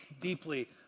deeply